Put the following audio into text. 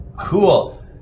Cool